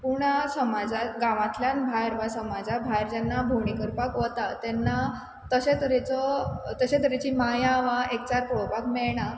पूण समाजा गांवांतल्यान भायर वा समाजा भायर जेन्ना भोंवडी करपाक वता तेन्ना तशे तरेचो तशे तरेची माया वा एकचार पळोवपाक मेळना